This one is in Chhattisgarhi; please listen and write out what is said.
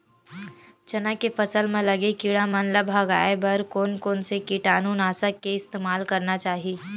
चना के फसल म लगे किड़ा मन ला भगाये बर कोन कोन से कीटानु नाशक के इस्तेमाल करना चाहि?